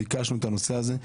ביקשנו שיוסיפו את הנושא הזה,